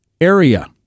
area